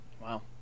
Wow